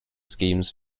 schemes